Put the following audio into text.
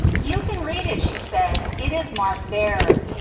you can read it, she said, it is marked there.